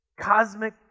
cosmic